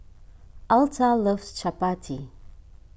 Altha loves Chapati